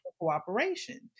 cooperation